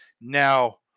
now